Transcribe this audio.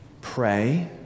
pray